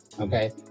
okay